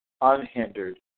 unhindered